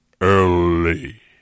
early